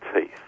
teeth